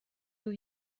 nous